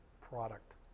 product